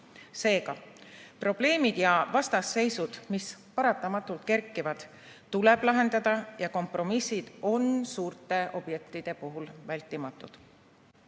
sai. Seega, probleemid ja vastasseisud, mis paratamatult kerkivad, tuleb lahendada ja kompromissid on suurte objektide puhul vältimatud.